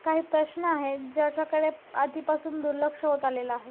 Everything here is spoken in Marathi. काही प्रश्न आहेत ज्याच्याकडे आधीपासून दुर्लक्ष होत आलेलं आहे